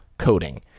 coding